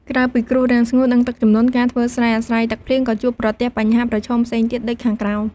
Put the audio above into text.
ក្រៅពីគ្រោះរាំងស្ងួត និងទឹកជំនន់ ការធ្វើស្រែអាស្រ័យទឹកភ្លៀងក៏ជួបប្រទះបញ្ហាប្រឈមផ្សេងទៀតដូចខាងក្រោម។